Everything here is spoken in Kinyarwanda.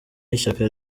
y’ishyaka